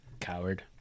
coward